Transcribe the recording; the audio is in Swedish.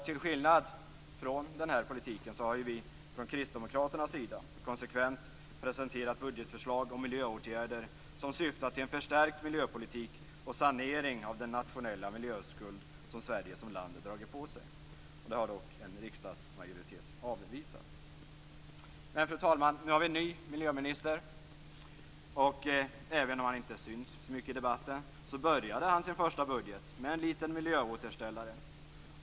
Till skillnad från denna politik har vi från Kristdemokraternas sida konsekvent presenterat budgetförslag och miljöåtgärder som syftar till en förstärkt miljöpolitik och sanering av den nationella miljöskuld som Sverige som land dragit på sig. Det har dock en riksdagsmajoritet avvisat. Fru talman! Nu har vi en ny miljöminister, och även om han inte synts så mycket i debatten började han sin första budget med en liten miljöåterställare.